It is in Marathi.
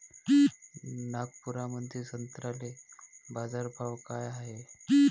नागपुरामंदी संत्र्याले बाजारभाव काय हाय?